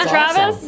Travis